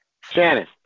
Shannon